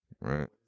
right